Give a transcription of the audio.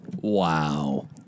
Wow